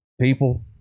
people